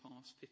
past